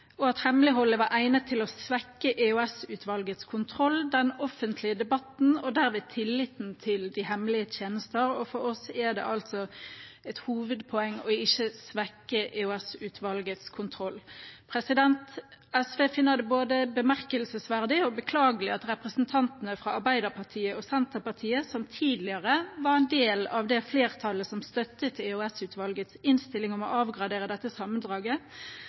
og at hemmeligholdet var egnet til å svekke EOS-utvalgets kontroll, den offentlige debatten, og derved tilliten til de hemmelige tjenester. Og for oss er det altså et hovedpoeng å ikke svekke EOS-utvalgets kontroll. SV finner det både bemerkelsesverdig og beklagelig at representantane fra Arbeiderpartiet og Senterpartiet, som tidligere var en del av det flertallet som støttet EOS-utvalgets innstilling om å avgradere dette sammendraget,